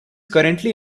currently